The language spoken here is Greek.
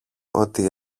ότι